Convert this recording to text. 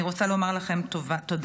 אני רוצה לומר לכם תודה.